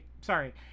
Sorry